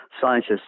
scientists